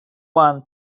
one